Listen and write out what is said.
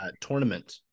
tournament